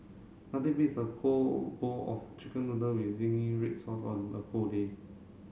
nothing beats a bowl of chicken noodle with zingy red sauce on a cold day